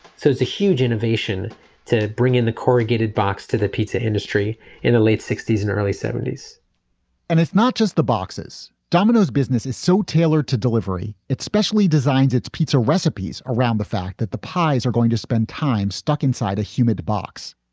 so it's a huge innovation to bring in the corrugated box to the pizza industry in the late sixty s and early seventy point s and it's not just the boxes. domino's business is so tailored to delivery, especially designs its pizza recipes around the fact that the pies are going to spend time stuck inside a humid box.